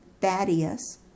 Thaddeus